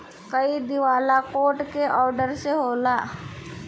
कोई दिवाला कोर्ट के ऑर्डर से होला